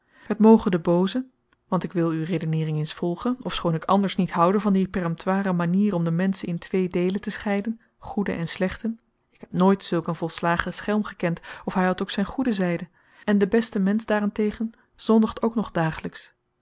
het moge den booze want ik wil uw redeneering eens volgen ofschoon ik anders niet houde van die peremptoire manier om de menschen in twee deelen te scheiden goeden en slechten ik heb nooit zulk een volslagen schelm gekend of hij had ook zijn goede zijde en de beste mensch daar-en-tegen zondigt ook nog